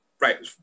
Right